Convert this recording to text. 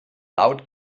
laut